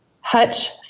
Hutch